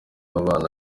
abana